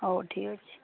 ହଉ ଠିକ୍ ଅଛି